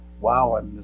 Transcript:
Wow